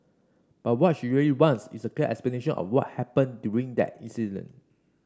but what she really wants is a clear explanation of what happened during that incident